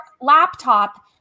laptop